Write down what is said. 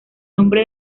nombre